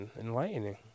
enlightening